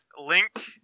link